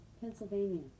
Pennsylvania